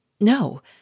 No